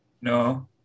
No